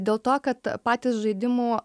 dėl to kad patys žaidimų